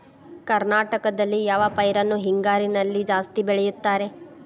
ಕರ್ನಾಟಕದಲ್ಲಿ ಯಾವ ಪೈರನ್ನು ಹಿಂಗಾರಿನಲ್ಲಿ ಜಾಸ್ತಿ ಬೆಳೆಯುತ್ತಾರೆ?